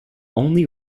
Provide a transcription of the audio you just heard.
only